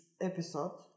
episode